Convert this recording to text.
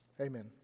Amen